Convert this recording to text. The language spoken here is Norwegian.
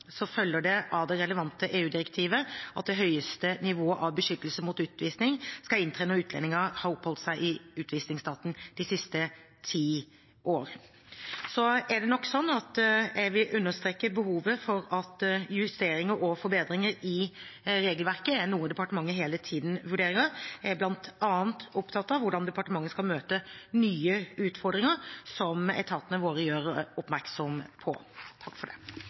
følger det av det relevante EU-direktivet at det høyeste nivået av beskyttelse mot utvisning skal inntre når utlendinger har oppholdt seg i utvisningsstaten de siste ti år. Så vil jeg understreke behovet for at justeringer og forbedringer i regelverket er noe departementet hele tiden vurderer. Jeg er bl.a. opptatt av hvordan departementet skal møte nye utfordringer som etatene våre gjør oppmerksom på. Det blir replikkordskifte. Først må jeg rette opp en forsnakkelse i innlegget mitt, for